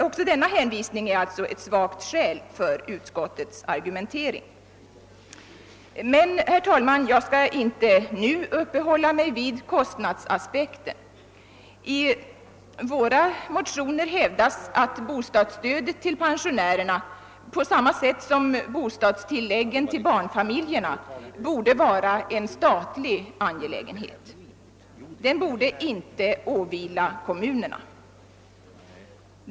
Också denna hän visning är sålunda ett svagt skäl för utskottets argumentering. Men, herr talman, jag skall inte nu uppehålla mig vid kostnadsaspekten. I våra motioner hävdas att bostadsstödet till pensionärerna — på samma sätt som bostadstilläggen till barnfamiljerna — borde vara en statlig angelägen het. Det borde inte åvila kommunerna.